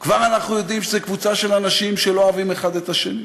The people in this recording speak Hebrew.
כבר אנחנו יודעים שזו קבוצה של אנשים שלא אוהבים אחד את השני,